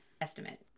estimate